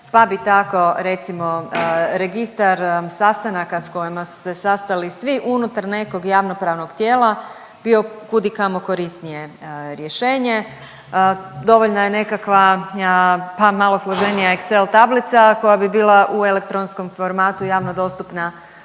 pa bi tako recimo Registar sastanaka s kojima su se sastali svi unutar nekog javnopravnog tijela bio kudikamo korisnije rješenje. Dovoljna je nekakva pa malo složenija Excel tablica koja bi bila u elektronskom formatu javno dostupna